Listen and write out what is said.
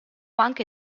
anche